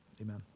amen